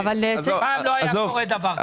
פעם לא היה קורה דבר כזה.